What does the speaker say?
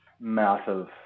massive